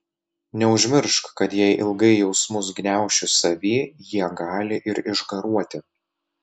neužmiršk kad jei ilgai jausmus gniauši savy jie gali ir išgaruoti